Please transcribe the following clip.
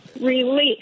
release